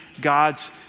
God's